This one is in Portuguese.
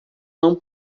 não